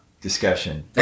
discussion